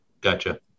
Gotcha